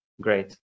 great